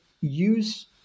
use